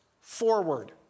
forward